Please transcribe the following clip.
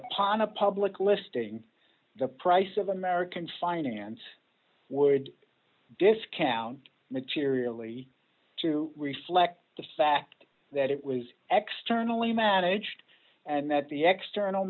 upon a public listing the price of american finance would discount materially to reflect the fact that it was extraordinarily managed and that the ext